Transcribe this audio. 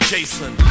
Jason